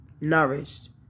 nourished